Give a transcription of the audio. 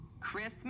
Christmas